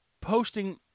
posting